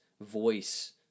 voice